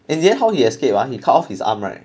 in the end how he escaped he cut off his arm right